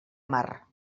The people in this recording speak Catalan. mar